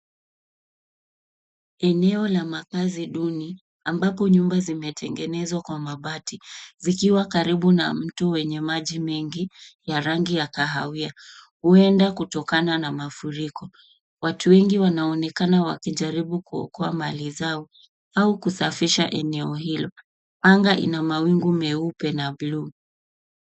Eneo la makazi duni ambako nyumba zimejengwa kwa mabati. Karibu kuna mkondo wa maji yenye rangi ya kahawia, huenda kutokana na mafuriko. Watu wengi wanaonekana wakijaribu kuokoa mali zao au kusafisha eneo hilo. Anga lina mawingu meupe na mepesi